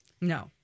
No